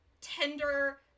tender